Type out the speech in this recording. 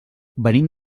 venim